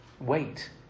wait